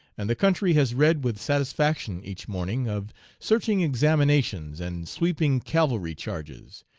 and the country has read with satisfaction each morning of searching examinations and sweeping cavalry charges,